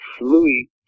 Louis